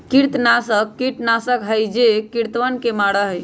कृंतकनाशक कीटनाशक हई जो कृन्तकवन के मारा हई